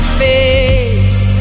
face